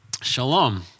Shalom